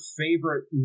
favorite